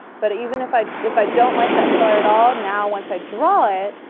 but even if i if i don't like that color at all, now once i draw it,